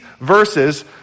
verses